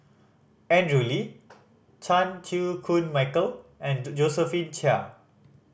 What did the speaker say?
Andrew Lee Chan Chew Koon Michael and Josephine Chia